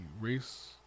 race